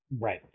right